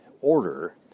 order